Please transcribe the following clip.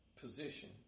position